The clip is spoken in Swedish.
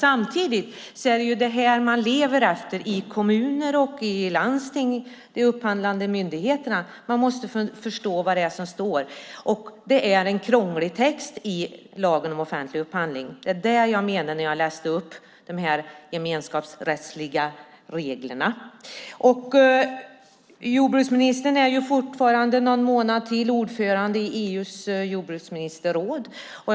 Samtidigt är det den man lever efter i kommuner, landsting och de upphandlande myndigheterna. De måste förstå det som står, och det är en krånglig text i lagen om offentlig upphandling. Det var det jag menade när jag läste upp de gemenskapsrättsliga reglerna. Jordbruksministern är ju ordförande i EU:s jordbruksministerråd någon månad till.